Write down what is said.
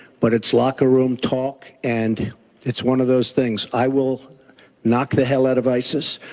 but it's locker room talk and it's one of those things. i will knock the hell out of isis.